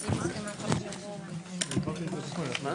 הישיבה ננעלה בשעה 13:25.